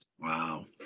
Wow